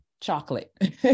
chocolate